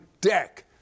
deck